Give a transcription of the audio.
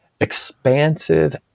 expansive